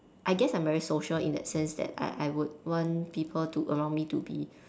I guess I'm very social in that sense that I I would want people around me to be